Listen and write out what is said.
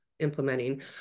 implementing